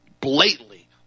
blatantly